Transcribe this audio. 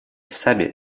сами